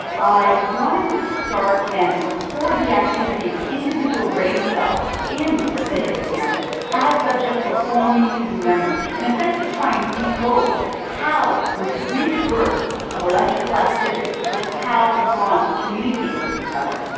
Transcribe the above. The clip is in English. i wanted to start and record the activity of individual brain cells in the hippocampus as subjects were forming new memories. and essentially try and decode how those brief bursts of electrical activity, which is how neurons communicate with each other,